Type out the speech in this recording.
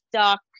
stuck